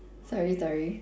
sorry sorry